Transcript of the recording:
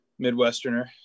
midwesterner